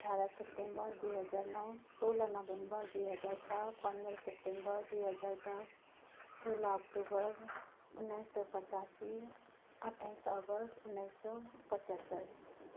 अठार सेप्टेम्बर दुई हजार नौ सोह्र नभेम्बर दुई हजार छ पन्ध्र सेप्टेम्बर दुई हजार दस सोह्र अक्टोबर उन्नाइस सय पचासी अठ्ठाइस अगस्ट उन्नाइस सय पचहत्तर